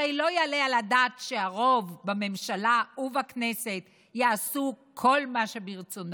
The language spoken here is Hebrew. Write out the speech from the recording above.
הרי לא יעלה על הדעת שהרוב בממשלה ובכנסת יעשו כל מה שברצונם.